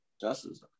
Justice